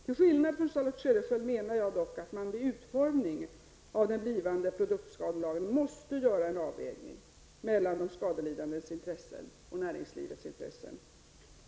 Till skillnad från Charlotte Cederschiöld menar jag dock att man vid utformningen av den blivande produktskadelagen måste göra en avvägning mellan de skadelidandes intressen och näringslivets.